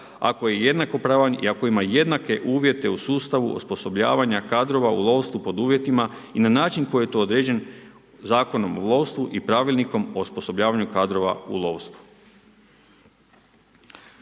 ako je jednako pravan i ako ima jednake uvjete u sustavu osposobljavanje kadrova u lovstvu pod uvjetima i na način koji je to određen Zakonom o lovstvu i pravilnikom o osposobljavanja kadrova u lovstvu.